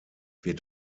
wird